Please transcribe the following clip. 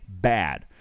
bad